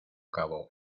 cabo